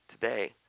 Today